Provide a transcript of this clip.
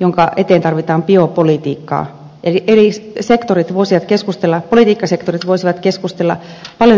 jonka eteen tarvitaan biopolitiikkaa eli eri politiikkasektorit voisivat keskustella paljon enemmän keskenään